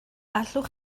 allwch